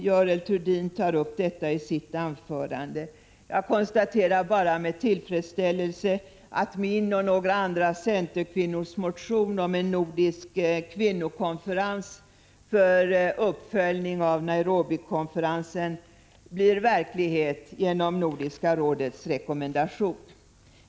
Görel Thurdin tar upp den frågan i sitt anförande. Jag konstaterar bara med tillfredsställelse att min och några andra centerkvinnors motion om en nordisk kvinnokonferens för uppföljning av Nairobikonferensen blir verklighet genom Nordiska rådets rekommendation.